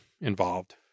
involved